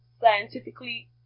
scientifically